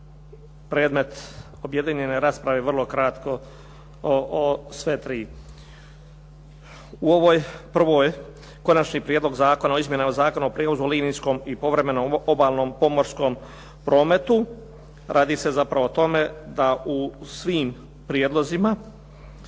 predmet objedinjene rasprave, vrlo kratko sve tri. U ovoj prvoj Konačni prijedlog zakona o izmjenama Zakona o prijevozu linijskom i povremenom obalnom pomorskom prometu. Radi se zapravo o tome da u svim prijedlozima